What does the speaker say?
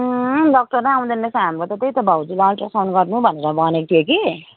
अँ डक्टरै आउँदैन रहेछ हाम्रो त त्यही त भाउजूलाई अल्ट्रासाउन्ड गर्नु भनेर भनेको थियो कि